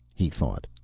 he thought,